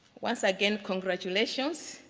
once again, congratulations.